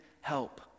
help